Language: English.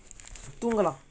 தூங்கலாம்:thungalaam